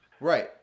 right